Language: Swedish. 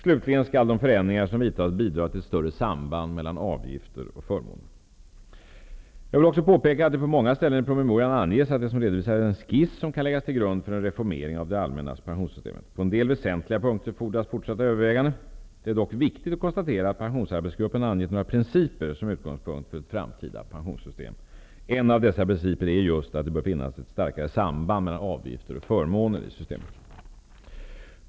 Slutligen skall de förändringar som vidtas bidra till ett större samband mellan avgifter och förmåner. Jag vill också påpeka, att det på många ställen i promemorian anges, att det som redovisas är en skiss, som kan läggas till grund för en reformering av det allmänna pensionssystemet. På en del väsentliga punkter fordras fortsatta överväganden. Det är dock viktigt att konstatera att pensionsarbetsgruppen angett några principer som utgångspunkt för ett framtida pensionssystem. En av dessa principer är att det bör finnas ett starkare samband mellan avgifter och förmåner i systemet.